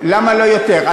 למה לא יותר?